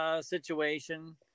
situation